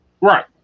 Right